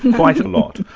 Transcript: quite a lot.